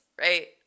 right